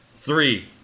three